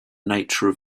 nature